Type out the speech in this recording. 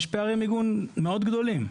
יש פערי מיגון מאוד גדולים.